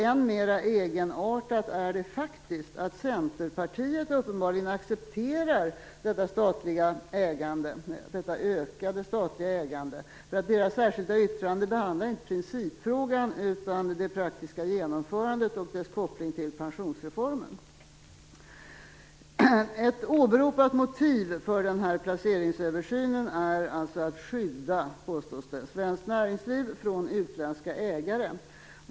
Än mer egenartat är det faktiskt att Centerpartiet uppenbarligen accepterar detta ökade statliga ägande. Dess särskilda yttrande behandlar inte principfrågan utan det praktiska genomförandet och dess koppling till pensionsreformen Ett åberopat motiv för den här placeringsöversynen är alltså, påstås det, att skydda svenskt näringsliv från utländska ägare.